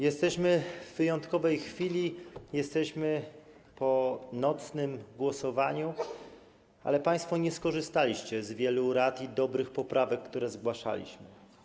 Jesteśmy w wyjątkowej chwili, jesteśmy po nocnym głosowaniu, ale państwo nie skorzystaliście z wielu rad i dobrych poprawek, które zgłaszaliśmy.